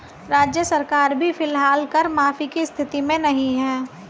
राज्य सरकार भी फिलहाल कर माफी की स्थिति में नहीं है